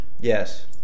yes